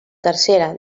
tercera